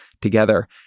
together